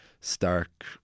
stark